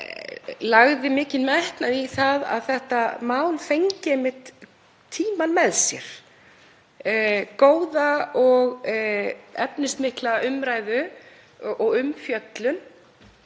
lagði mikinn metnað í að þetta mál fengi einmitt tímann með sér, góða og efnismikla umræðu og umfjöllun.